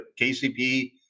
KCP